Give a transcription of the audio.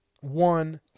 one